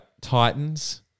Titans